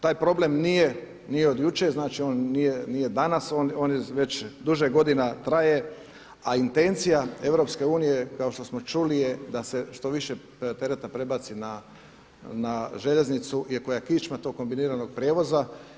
Taj problem nije od jučer, znači on nije danas, on već duže godina traje, a intencija EU je kao što smo čuli je da se što više tereta prebaci na željeznicu i koja je kičma tog kombiniranog prijevoza.